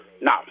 Now